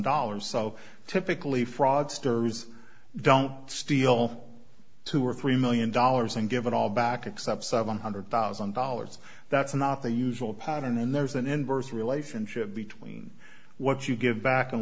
dollars so typically fraudsters don't steal two or three million dollars and give it all back except seven hundred thousand dollars that's not the usual pattern and there's an inverse relationship between what you give back